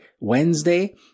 Wednesday